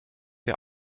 der